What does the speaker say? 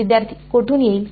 विद्यार्थी कोठून येईल